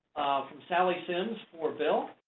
from sally sims for bill.